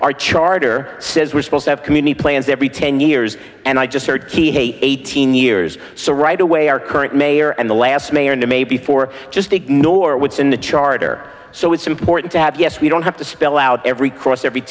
our charter says we're supposed to have community plans every ten years and i just heard eighteen years so right away our current mayor and the last mayor to maybe four just ignore what's in the charter so it's important to have yes we don't have to spell out every cross every